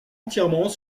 entièrement